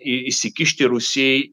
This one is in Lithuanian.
įsikišti rusijai